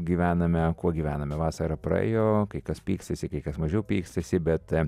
gyvename kuo gyvename vasara praėjo kai kas pykstasi kai kas mažiau pykstasi bet